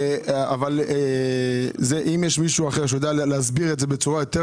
אם יש מישהו אחר שיודע להסביר את זה בצורה יותר